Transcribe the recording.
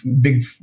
big